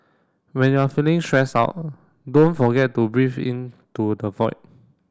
when you are feeling stressed out don't forget to breathe in to the void